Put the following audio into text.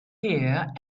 here